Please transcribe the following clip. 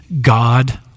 God